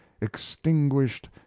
extinguished